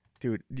Dude